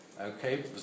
Okay